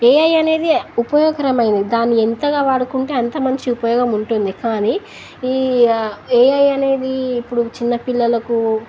AI అనేది ఉపయోగకరమైన దాన్ని ఎంతగా వాడుకుంటే అంత మంచి ఉపయోగం ఉంటుంది కానీ ఈ ఏఐ అనేది ఇప్పుడు చిన్నపిిల్లలకు